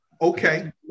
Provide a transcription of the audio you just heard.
Okay